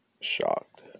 shocked